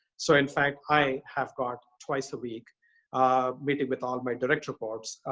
so in fact, i have got twice a week meeting with all my direct reports,